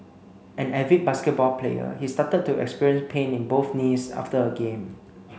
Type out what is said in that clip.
an avid basketball player he started to experience pain in both knees after a game